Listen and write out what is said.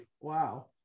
Wow